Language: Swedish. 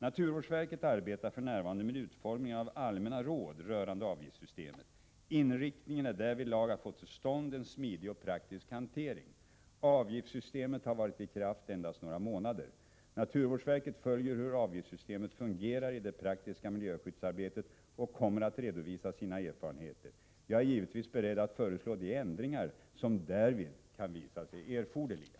Naturvårdsverket arbetar f.n. med utformningen av allmänna råd rörande avgiftssystemet. Inriktningen är därvidlag att få till stånd en smidig och praktisk hantering. Avgiftssystemet har varit i kraft endast några månader. Naturvårdsverket följer hur avgiftssystemet fungerar i det praktiska miljöskyddsarbetet och kommer att redovisa sina erfarenheter. Jag är givetvis beredd att föreslå de ändringar som därvid kan visa sig erforderliga.